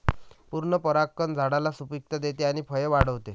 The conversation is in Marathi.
पूर्ण परागकण झाडाला सुपिकता देते आणि फळे वाढवते